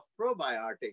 probiotics